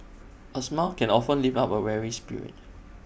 A smile can often lift up A weary spirit